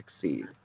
succeed